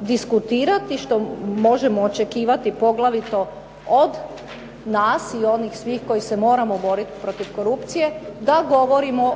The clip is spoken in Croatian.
diskutirati, što možemo očekivati poglavito od nas i onih svih koji se moramo boriti protiv korupcije da govorimo